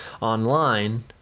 online